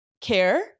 care